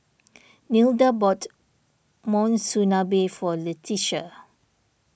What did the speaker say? Nilda bought Monsunabe for Letitia